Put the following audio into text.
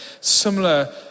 similar